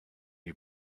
you